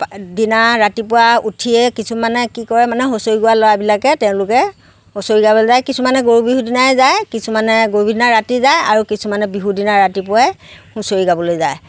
দিনা ৰাতিপুৱা উঠিয়ে কিছুমানে কি কৰে মানে হুঁচৰি গোৱা ল'ৰাবিলাকে তেওঁলোকে হুঁচৰি গাবলৈ যায় কিছুমানে গৰু বিহুৰ দিনাই যায় কিছুমানে গৰু বিহুৰ দিনা ৰাতি যায় আৰু কিছুমানে বিহু দিনাই ৰাতিপুৱাই হুঁচৰি গাবলৈ যায়